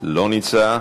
לא נמצא,